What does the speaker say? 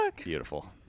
Beautiful